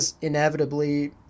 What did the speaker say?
inevitably